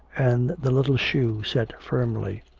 and the little shoe set firmly.